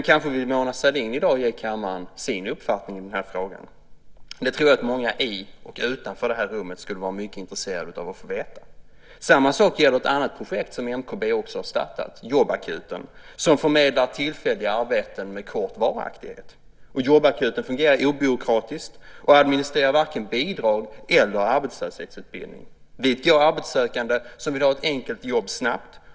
Kanske vill Mona Sahlin i dag ge kammaren sin uppfattning i frågan. Den tror jag att många både i och utanför kammaren skulle vara mycket intresserade av att få höra. Samma sak gäller ett annat projekt som MKB också har startat, Jobbakuten, som förmedlar tillfälliga arbeten med kort varaktighet. Jobbakuten fungerar obyråkratiskt och administrerar varken bidrag eller utbildning för arbetslösa. Dit går arbetssökande som vill ha ett enkelt jobb snabbt.